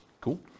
cool